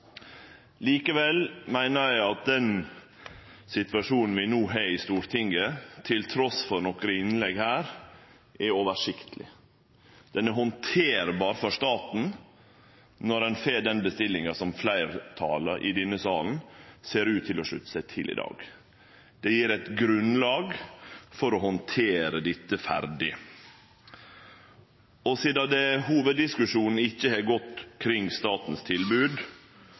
Likevel meiner eg at den situasjonen vi no har i Stortinget, trass i nokre innlegg her, er oversiktleg. Han er handterbar for staten når ein får den bestillinga som fleirtalet i denne salen ser ut til å slutte seg til i dag. Det gjev eit grunnlag for å handtere dette ferdig. Sidan hovuddiskusjonen ikkje har gått kring